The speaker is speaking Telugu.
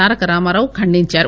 తారక రామారావు ఖండించారు